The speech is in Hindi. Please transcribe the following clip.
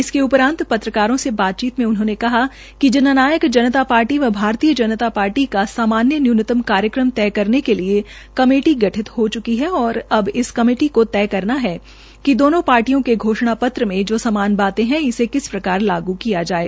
इसके उपरान्त पत्रकारों से बातचीत में उन्होंने कहा कि जन नायक जनता पार्टी का सामान्य न्यूनतम कार्यक्रम तय करने के लिए कमेटी गठित हो चुकी है और अब इस कमेटी को तय करना है कि दोनों पार्टियों के घोषणा पत्र में जो समान बाते है उसे किस प्रकार लागू किया जाये